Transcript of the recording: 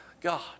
God